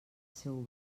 seu